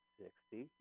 sixty